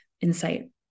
insight